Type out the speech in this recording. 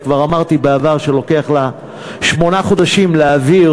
וכבר אמרתי בעבר שלוקח לה שמונה חודשים להעביר